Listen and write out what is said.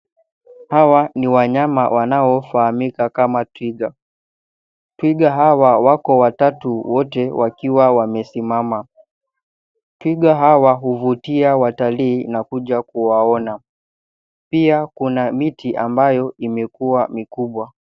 Hawa ni wanyama wanaoofahamika kama twiga. Twiga hawa wako watatu wote wakiwa wamesimama. Twiga hawa huvutia watalii na kuja kuwaona, pia kuna miti ambayo imekuwa mikubwa.